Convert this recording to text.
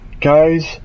guys